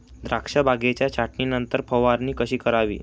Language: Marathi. द्राक्ष बागेच्या छाटणीनंतर फवारणी कशी करावी?